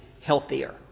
healthier